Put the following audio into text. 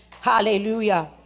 Hallelujah